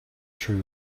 true